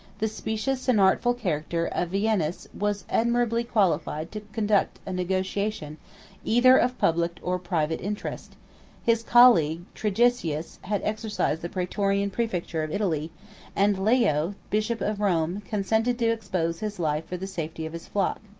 the specious and artful character of avienus was admirably qualified to conduct a negotiation either of public or private interest his colleague trigetius had exercised the praetorian praefecture of italy and leo, bishop of rome, consented to expose his life for the safety of his flock.